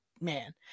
man